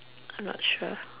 I'm not sure